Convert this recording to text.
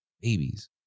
Babies